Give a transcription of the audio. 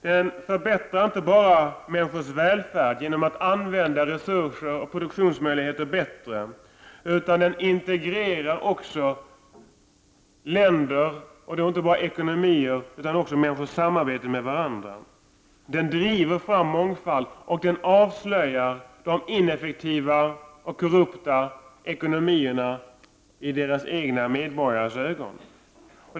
Den förbättrar inte bara människors välfärd genom att använda resurser och produktionsmöjligheter bättre, utan den integrerar också länder — inte bara ekonomier utan också människors samarbete med varandra. Den driver fram mångfald, och den avslöjar de i ländernas egna medborgares ögon ineffektiva och korrupta ekonomierna.